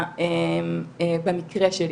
במקרה שלי,